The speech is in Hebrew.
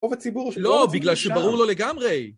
רוב ציבור ש... לא, בגלל שברור לו לגמרי.